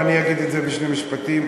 ואני אגיד את זה בשני משפטים,